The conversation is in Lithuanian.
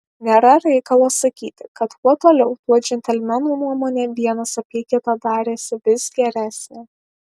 nėra reikalo sakyti kad kuo toliau tuo džentelmenų nuomonė vienas apie kitą darėsi vis geresnė